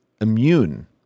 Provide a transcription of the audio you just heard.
immune